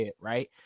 Right